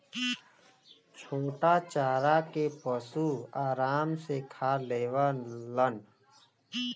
छोटा चारा के पशु आराम से खा लेवलन